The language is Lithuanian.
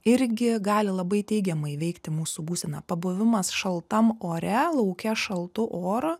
irgi gali labai teigiamai veikti mūsų būseną pabuvimas šaltam ore lauke šaltu oru